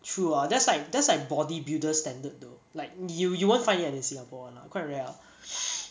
true lah that's like that's like bodybuilder standard though like yo~ you won't find it in singapore [one] lah are quite rare ah